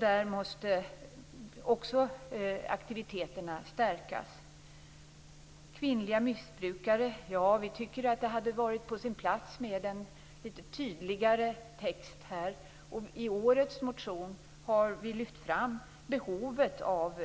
Där måste också aktiviteterna stärkas. När det gäller kvinnliga missbrukare hade det varit på sin plats med en tydligare text här. I årets motion har vi lyft fram behovet av